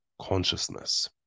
consciousness